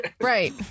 Right